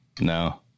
no